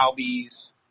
Albies